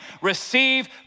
Receive